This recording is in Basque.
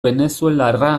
venezuelarra